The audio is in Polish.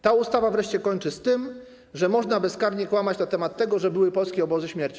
Ta ustawa wreszcie kończy z tym, że można bezkarnie kłamać na temat tego, że były polskie obozy śmierci.